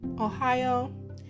Ohio